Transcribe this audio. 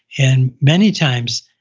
and many times,